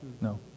No